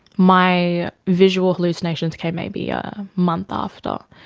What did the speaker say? my visual hallucinations came maybe a month after,